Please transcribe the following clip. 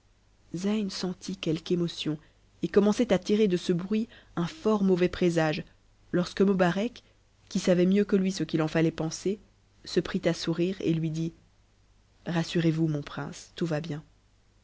zeyn sentit quelque émotion et commençait à tirer de ce bruit un tort mauvais présage lorsque mobarec qui savait mieux que lui ce qu'il en fallait penser se prit à sourire et lui dit rassurez-vous mon prince tout va bien